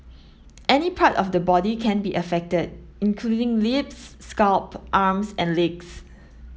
any part of the body can be affected including lips scalp arms and legs